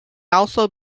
also